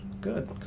Good